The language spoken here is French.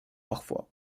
parfois